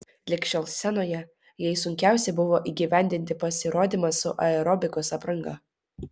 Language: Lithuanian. lig šiol scenoje jai sunkiausia buvo įgyvendinti pasirodymą su aerobikos apranga